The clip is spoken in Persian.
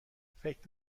فکر